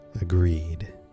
agreed